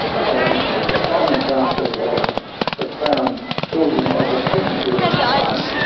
and the prime example was the crown's building of a synfuels plant,